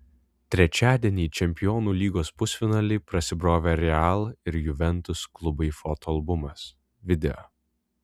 trečiadienį į čempionų lygos pusfinalį prasibrovė real ir juventus klubai fotoalbumas video